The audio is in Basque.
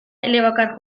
elebakar